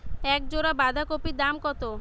এক জোড়া বাঁধাকপির দাম কত?